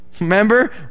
Remember